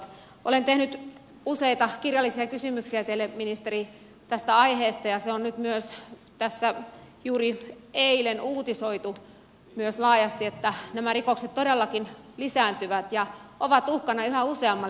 olen tehnyt useita kirjallisia kysymyksiä teille ministeri tästä aiheesta ja se on nyt myös juuri eilen uutisoitu laajasti että nämä rikokset todellakin lisääntyvät ja ovat uhkana yhä useammalle ikääntyneelle